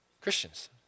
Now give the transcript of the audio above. Christians